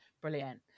brilliant